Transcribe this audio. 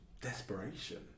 desperation